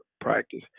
practice